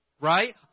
right